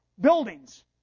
buildings